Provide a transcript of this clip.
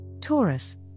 Taurus